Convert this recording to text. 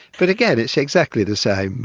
but again, it's exactly the same,